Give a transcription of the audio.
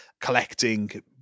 collecting